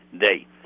day